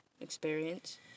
experience